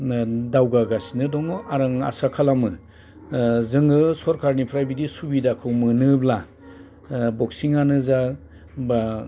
दावगागासिनो दङ आरो आं आसा खालामो जोङो सरखारनिफ्राय बिदि सुबिदाखौ मोनोब्ला बक्सिं आनो जा बा